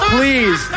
Please